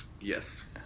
Yes